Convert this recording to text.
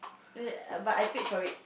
err but I paid for it